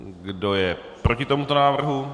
Kdo je proti tomuto návrhu?